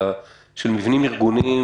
אלא של מבנים ארגונים,